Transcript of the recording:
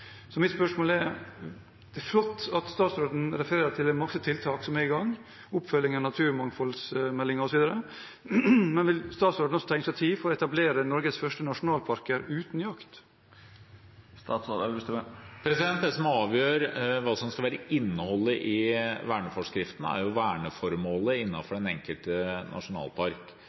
Det er flott at statsråden refererer til masse tiltak som er i gang – oppfølgingen av naturmangfoldmeldingen, osv., men mitt spørsmål er: Vil statsråden også ta initiativ til å etablere Norges første nasjonalparker uten jakt? Det som avgjør hva som skal være innholdet i verneforskriften, er verneformålet innenfor den enkelte nasjonalpark.